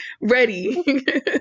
ready